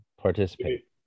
participate